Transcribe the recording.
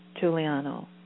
Giuliano